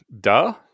duh